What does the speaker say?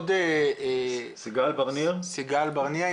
סיגל ברניר בבקשה בקצרה.